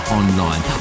online